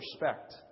respect